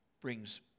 brings